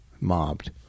Mobbed